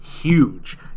Huge